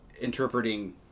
interpreting